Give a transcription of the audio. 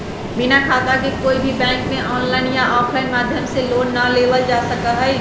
बिना खाता के कोई भी बैंक में आनलाइन या आफलाइन माध्यम से लोन ना लेबल जा सका हई